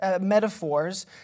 metaphors